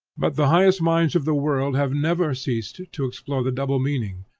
but the highest minds of the world have never ceased to explore the double meaning,